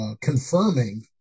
confirming